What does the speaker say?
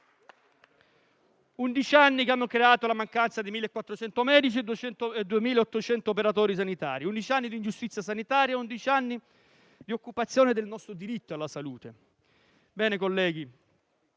anni che hanno creato la mancanza di 1.400 medici e 2.800 operatori sanitari; undici anni di ingiustizia sanitaria; undici anni di occupazione del nostro diritto alla salute. Questo